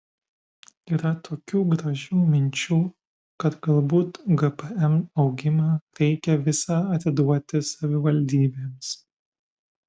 yra tokių gražių minčių kad galbūt gpm augimą reikia visą atiduoti savivaldybėms